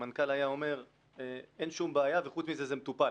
המנכ"ל היה אומר 'אין שום בעיה וחוץ מזה זה מטופל'